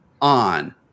on